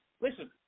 listen